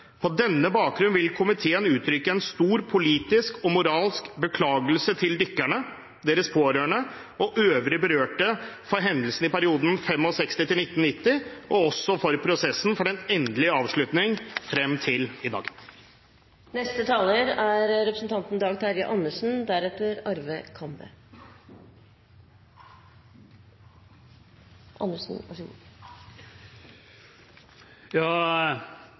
forhold. Denne gruppen fortjener derfor en ytterligere politisk anerkjennelse og kollektiv berømmelse. På denne bakgrunn vil komiteen uttrykke en stor politisk og moralsk beklagelse til dykkerne, deres pårørende og øvrige berørte for hendelsene i perioden 1965 til 1990 og også for prosessen for en endelig avslutning frem til i dag.» Jeg vil understreke den enigheten som er